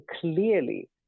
clearly